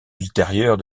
ultérieures